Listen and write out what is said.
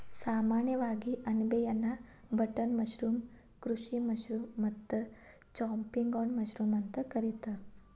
ಸಾಮಾನ್ಯವಾಗಿ ಅಣಬೆಯನ್ನಾ button mushroom, ಕೃಷಿ ಮಶ್ರೂಮ್ ಮತ್ತ ಚಾಂಪಿಗ್ನಾನ್ ಮಶ್ರೂಮ್ ಅಂತ ಕರಿತಾರ